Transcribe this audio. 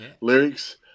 Lyrics